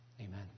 Amen